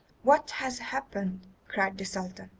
what has happened cried the sultan.